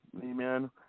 amen